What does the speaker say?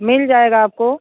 मिल जाएगा आपको